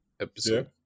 episode